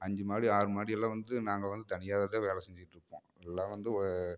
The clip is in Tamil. அஞ்சு மாடி ஆறு மாடி எல்லாம் வந்து நாங்கள் வந்து தனியாகவே தான் வேலை செஞ்சுட்டு இருப்போம் எல்லாம் வந்து ஒரு